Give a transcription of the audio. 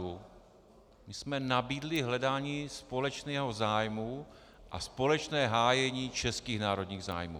My jsme nabídli hledání společného zájmu a společné hájení českých národních zájmů.